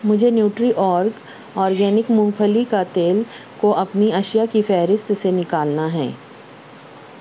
مجھے Nutriorg organic مونگ پھلی کا تیل کو اپنی اشیاء کی فہرست سے نکالنا ہیں